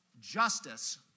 justice